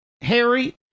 Harry